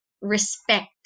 respect